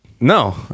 No